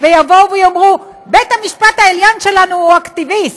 ויאמרו: בית המשפט העליון שלנו הוא אקטיביסט,